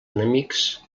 enemics